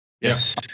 yes